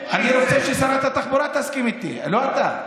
אני רוצה ששרת התחבורה תסכים איתי, לא אתה.